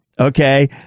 okay